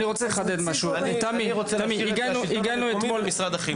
אני רוצה להשאיר את השלטון המקומי ומשרד החינוך.